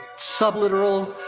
subliteral,